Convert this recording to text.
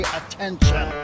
attention